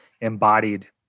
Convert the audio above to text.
embodied